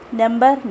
number